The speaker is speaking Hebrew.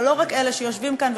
ולא רק אלה שיושבים כאן,